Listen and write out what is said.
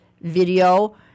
video